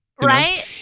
Right